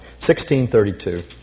1632